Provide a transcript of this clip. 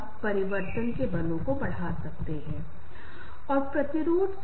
ये बहुत करीबी रिश्ते गहरे रिश्ते और अंतरंग संबंध हैं